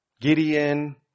Gideon